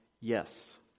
yes